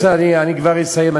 בסדר, אני כבר אסיים.